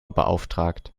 beauftragt